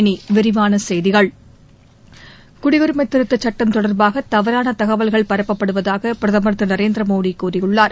இனி விரிவான செய்திகள் குடியுரிமை திருத்தச் சட்டம் தொடர்பாக தவறான தகவல்கள் பரப்பப்படுவதாக பிரதமர் திரு நரேந்திர மோடி கூறியுள்ளார்